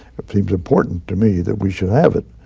it seems important to me that we should have it.